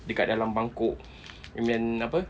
dekat dalam mangkuk and then apa